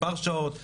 מספר שעות,